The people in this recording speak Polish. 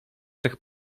cech